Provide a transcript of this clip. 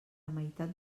meitat